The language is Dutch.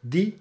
die